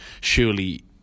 surely